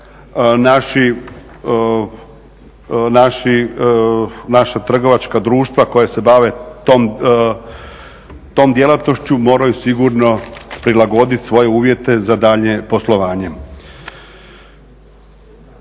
naša trgovačka društva koja se bave tom djelatnošću moraju sigurno prilagoditi svoje uvjete za daljnje poslovanje.